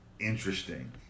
interesting